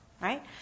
Right